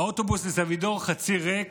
האוטובוס לסבידור חצי ריק,